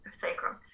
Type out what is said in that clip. sacrum